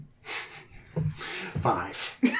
Five